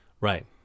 right